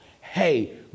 hey